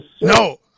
No